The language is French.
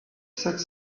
sept